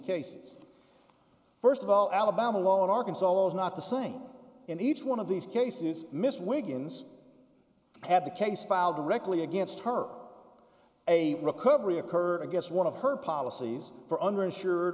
cases first of all alabama law in arkansas was not the same in each one of these cases miss wiggins had the case filed directly against her a recovery occurred against one of her policies for under insured